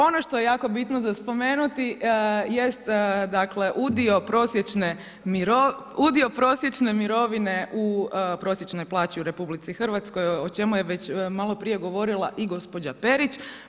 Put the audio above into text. Ono što je jako bitno za spomenuti jest dakle udio prosječne mirovine, udio prosječne mirovine u prosječnoj plaći u RH o čemu je već maloprije govorila i gospođa Perić.